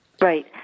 right